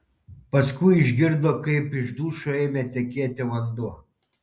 paskui išgirdo kaip iš dušo ėmė tekėti vanduo